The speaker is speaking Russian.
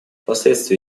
последствия